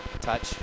Touch